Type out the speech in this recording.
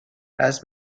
has